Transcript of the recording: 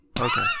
Okay